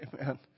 Amen